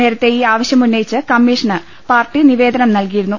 നേരത്തെ ഈ ആവശ്യമുന്നയിച്ച് കമ്മീഷന് പാർട്ടി നിവേദനം നല്കിയിരുന്നു